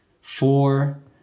Four